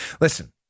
Listen